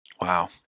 Wow